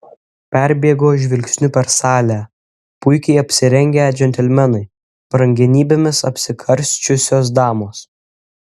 perbėgo žvilgsniu per salę puikiai apsirengę džentelmenai brangenybėmis apsikarsčiusios damos